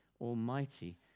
almighty